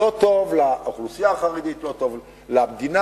לא טוב לאוכלוסייה החרדית, לא טוב למדינה.